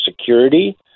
security